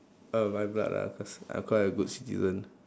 uh my blood lah cause I'm quite a good citizen